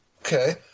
Okay